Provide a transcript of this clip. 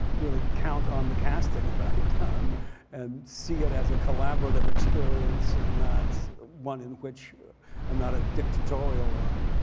really count on the casting that i'd done and see it as a collaborative experience. and not one in which i'm not a dictatorial one